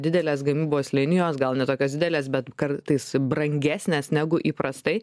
didelės gamybos linijos gal ne tokios didelės bet kartais brangesnės negu įprastai